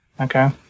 Okay